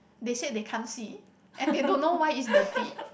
they said they can't see and they don't know why is dirty